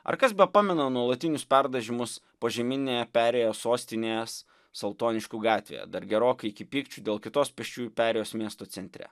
ar kas bepamena nuolatinius perdažymus požeminėje perėjoje sostinės saltoniškių gatvėje dar gerokai iki pykčių dėl kitos pėsčiųjų perėjos miesto centre